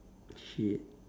shit